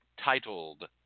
titled